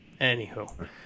anywho